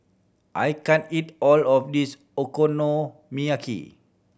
I can't eat all of this Okonomiyaki